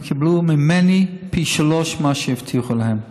הם קיבלו ממני פי שלושה ממה שהבטיחו להם.